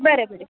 बरें बरें